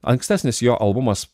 ankstesnis jo albumas